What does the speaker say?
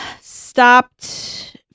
stopped